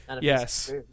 yes